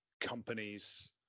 companies